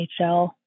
nhl